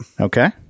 okay